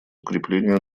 укреплению